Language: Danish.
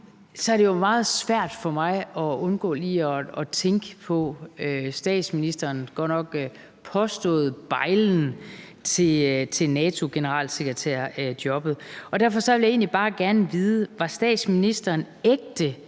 er det meget svært for mig at undgå lige at tænke på statsministerens godt nok påståede bejlen til NATO-generalsekretærjobbet. Derfor vil jeg egentlig bare gerne vide: Var statsministeren ægte